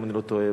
אם אני לא טועה,